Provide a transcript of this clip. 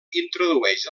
introdueix